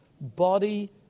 body